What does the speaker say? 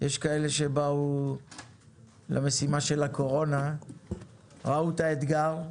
יש כאלה שבאו למשימה של הקורונה, ראו את האתגר,